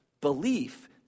Belief